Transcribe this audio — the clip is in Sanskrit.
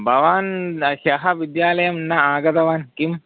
भवान् ह्यः विद्यालयं न आगतवान् किम्